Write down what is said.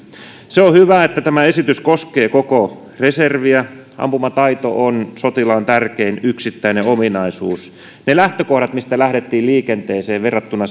se on hyvä että tämä esitys koskee koko reserviä ampumataito on sotilaan tärkein yksittäinen ominaisuus ne lähtökohdat huomioiden mistä lähdettiin liikenteeseen verrattuna